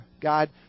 God